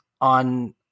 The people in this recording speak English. on